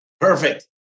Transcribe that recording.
Perfect